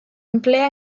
emplea